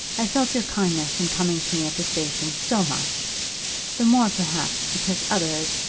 i felt your kindness in coming to me at the station so much the more, perhaps, because others,